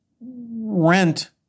rent